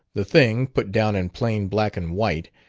the thing, put down in plain black and white,